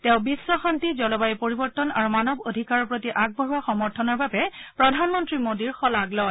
তেওঁ বিশ্বশান্তি জলবায়ু পৰিবৰ্তন আৰু মানৱ অধিকাৰৰ প্ৰতি আগবঢ়োৱা সমৰ্থনৰ বাবে প্ৰধানমন্ত্ৰী মোদীৰ শলাগ লয়